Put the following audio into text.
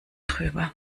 drüber